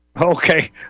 Okay